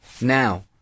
now